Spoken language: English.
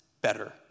better